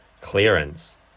clearance